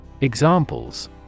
Examples